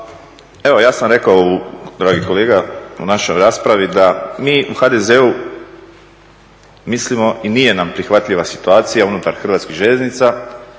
Evo ja sam rekao dragi kolega u našoj raspravi da mi u HDZ-u mislimo i nije nam prihvatljiva situacija unutar Hrvatskih željeznica.